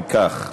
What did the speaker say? אם כך,